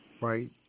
right